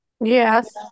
Yes